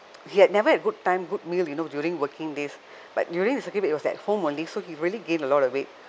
he had never had good time good meal you know during working days but during the circuit breaker he was at home only so he really gain a lot of weight